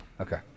Okay